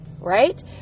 right